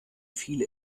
viele